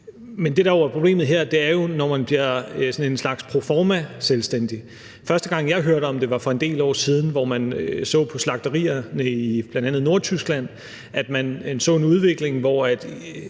problemet her, er, når man bliver sådan en slags proforma selvstændig. Første gang jeg hørte om det, var for en del år siden, hvor man på slagterierne i bl.a. Nordtyskland så en udvikling, hvor